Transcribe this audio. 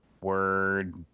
word